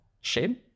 shame